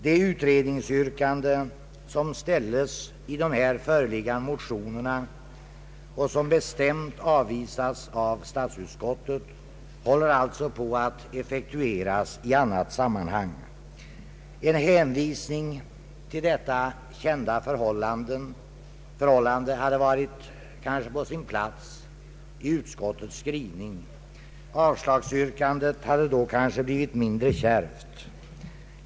Det utredningsyrkande som ställs i de föreliggande motionerna och som bestämt avvisas av statsutskottet håller alltså på att effektueras i annat sammanhang. En hänvisning till detta kända förhållande hade kanske varit på sin plats i utskottets skrivning. Avslagsyrkandet hade då kanske blivit mindre kärvt.